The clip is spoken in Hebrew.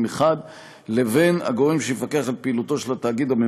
מחד גיסא לבין הגורם שיפקח על פעילותו של התאגיד,